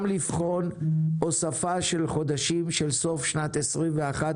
לבחון הוספה של חודשים של סוף שנת 21,